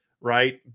right